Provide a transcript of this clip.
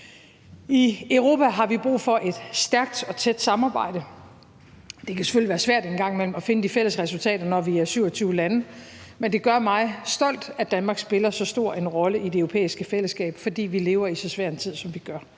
I Europa har vi brug for et stærkt og tæt samarbejde. Det kan selvfølgelig være svært en gang imellem at finde de fælles resultater, når vi er 27 lande, men det gør mig stolt, at Danmark spiller så stor en rolle i det europæiske fællesskab, fordi vi lever i så svær en tid, som vi gør.